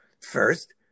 First